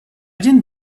didn’t